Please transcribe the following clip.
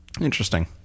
Interesting